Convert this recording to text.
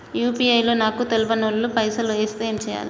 UPI లో నాకు తెల్వనోళ్లు పైసల్ ఎస్తే ఏం చేయాలి?